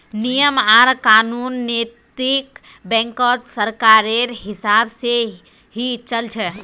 नियम आर कानून नैतिक बैंकत सरकारेर हिसाब से ही चल छ